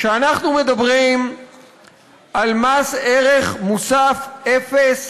כשאנחנו מדברים על מס ערך מוסף אפס